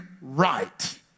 right